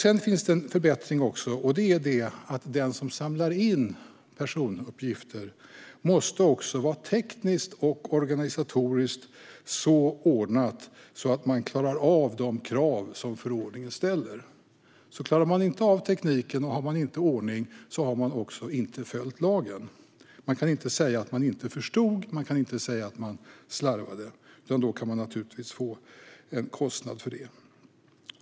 En förbättring är att den som samlar in personuppgifter måste vara så tekniskt och organisatoriskt ordnad att man klarar de krav som förordningen ställer. Klarar man inte av tekniken och inte har ordning har man inte följt lagen. Man kan inte säga att man inte förstod eller att man slarvade. Då kan man naturligtvis få en kostnad för det.